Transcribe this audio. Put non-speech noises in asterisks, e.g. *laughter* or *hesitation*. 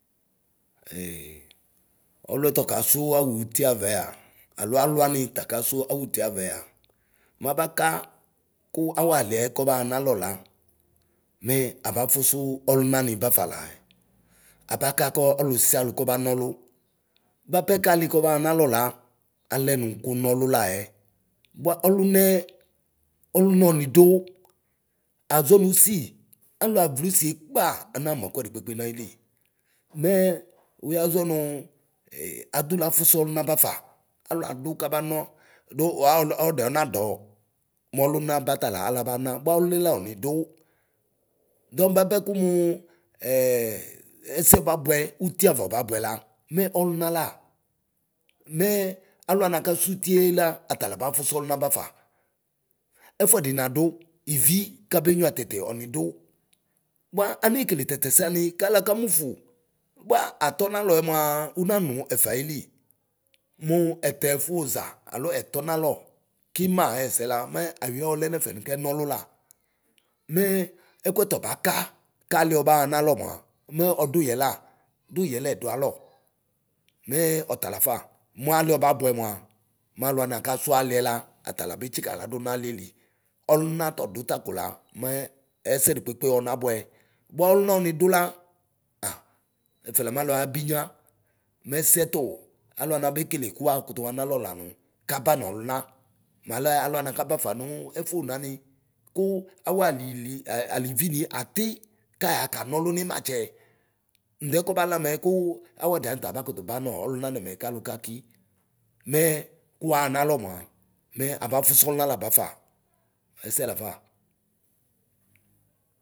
*hesitation* ɔluɛ tɔkasu awutieavɛa, alʋ aluwani takasu awuutieavɛa muabaka ku awualiɛ kɔbaɣa nalɔla mɛ abafusu ɔlunani bafa laɛ, abaka kɔ ɔlusialu kɔba nɔlu. Bapɛ Kali kɔbaɣa nalɔ la alɛ nu ku nɔlʋ laɛ ;bua ɔluna ɔnidu. Aʒɔ nusi; aluavliusie kpa anamu ɛkuɛdi kpekpe nayili. Mɛɛ uyaʒɔmu *hesitation* adula fusu ɔluna bafa, aluadu kabanɔ du ɔdimadɔ. Mɔluna aba tala alu abana bua ɣlunɛ la ɔnidu dɔŋk bapɛ ku muu *hesitation* ɛsɛ ɔbabʋɛ, utie ava ɔbabʋɛ la, mɛ ɔluna la. Mɛɛ aluani aka suutie la. atala bafusu ɣluna bafa. Ɛfuadini du. ivi kabenyuia tete ɔnidu, bua ane kele tatɛsɛani kalu aka mufu. Bua ats nalɔɛ muaa unanu ɛfɛ ayili. Mu ɛtɛfu ʒa alo ɛtɔmalɔ kuma ayɛsɛ la, mɛ ayɔɛ ɔlɛ nɛfɛ nu kɛnɔlʋla. Mɛ ɛkuɛ tɔbaka kaliɛ ɔbaɣa nalɔ mua. mu ɔduyɛla, du yɛlɛdualɔ mɛɛ ɔtalafa. Mualiɛ ɔbabʋɛ mua maluani akasu aliɛ la atala be tsika ladu nalieli ɔluna tɔdu takola mɛɛ ɛsɛdi kpekpe ɔnabʋɛ. Bua ɔluna ɔnidula a ɛfɛla maluaa binya. Mɛsɛtu alu ana bekele kuwua kutu ɣanalɔ lanu kaba nɔluna mualɛ aluani kabafa nuɛ fuone ani; kuawualiliɛ alivini ati kaɣakanɔlu nimatsɛ. Ŋdɛ kɔbalawɛ kuu awuadianita aba kutu banɔɔ ɔluna nɛmɛ kalu kaki. Mɛɛ ku wuaɣa nalɔ mua mɛ abafusu ɔluna la bafa. Ɛsɛ lafa.